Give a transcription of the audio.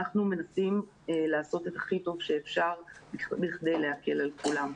אנחנו מנסים לעשות את הכי טוב שאפשר בכדי להקל על כולם.